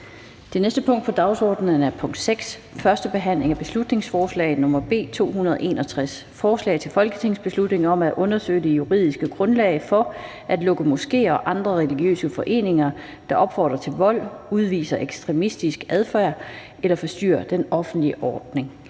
Det næste punkt på dagsordenen er: 6) 1. behandling af beslutningsforslag nr. B 261: Forslag til folketingsbeslutning om at undersøge det juridiske grundlag for at lukke moskéer og andre religiøse foreninger, der opfordrer til vold, udviser ekstremistisk adfærd eller forstyrrer den offentlige orden.